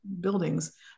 buildings